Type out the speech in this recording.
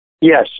Yes